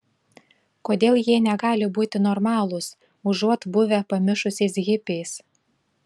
kodėl jie negali būti normalūs užuot buvę pamišusiais hipiais